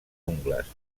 ungles